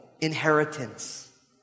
inheritance